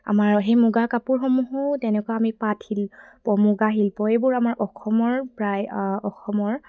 আমাৰ সেই মুগা কাপোৰসমূহো তেনেকুৱা আমি পাটশিল মুগা শিল্প এইবোৰ আমাৰ অসমৰ প্ৰায় অসমৰ